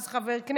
שהיה אז חבר כנסת: